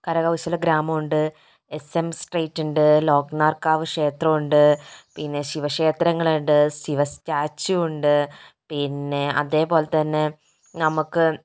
കരകൗശല ഗ്രാമം ഉണ്ട് എസ് എം സ്ട്രീറ്റുണ്ട് ലോക്നാർക്കാവ് ക്ഷേത്രമുണ്ട് പിന്നെ ശിവക്ഷേത്രങ്ങളുണ്ട് ശിവ സ്റ്റാച്യു ഉണ്ട് പിന്നെ അതേപോലെതന്നെ നമ്മൾക്ക്